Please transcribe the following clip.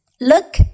Look